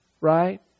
right